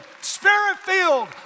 spirit-filled